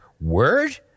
word